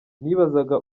nibazaga